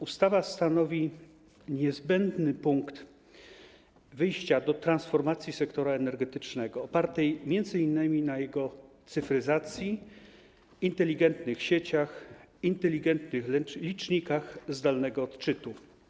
Ustawa stanowi niezbędny punkt wyjścia do transformacji sektora energetycznego opartej m.in. na jego cyfryzacji, inteligentnych sieciach, inteligentnych licznikach zdalnego odczytu.